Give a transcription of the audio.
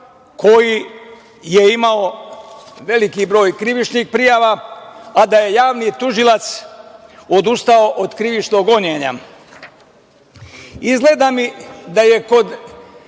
koji je imao veliki broj krivičnih prijava, a da je javni tužilac odustao od krivičnog gonjenja. Izgleda mi da je kod